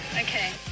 Okay